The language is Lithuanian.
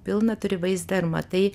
pilną turi vaizdą ir matai